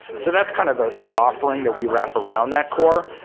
so that's kind of the the offering that we wrap around that core,